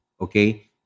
okay